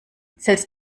selbst